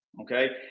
Okay